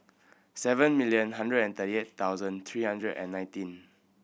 seven million hundred and thirty eight million three hundred and nineteen